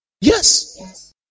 Yes